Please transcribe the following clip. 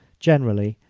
generally,